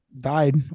died